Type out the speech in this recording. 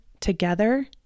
together